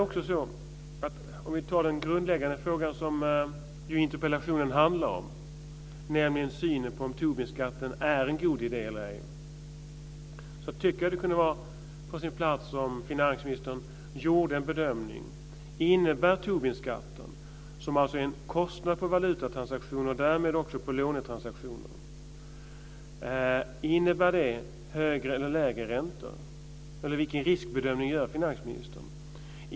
Om vi tar den grundläggande frågan som interpellationen handlar om, nämligen synen på om Tobinskatten är en god idé eller ej, så tycker jag att det kunde vara på sin plats om finansministern gjorde en bedömning. Innebär Tobinskatten, som alltså är en kostnad på valutatransaktioner och därmed också på lånetransaktioner, högre eller lägre räntor, eller vilken riskbedömning gör finansministern?